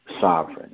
sovereign